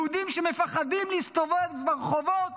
יהודים מפחדים להסתובב ברחובות